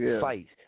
fights